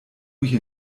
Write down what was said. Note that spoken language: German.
hier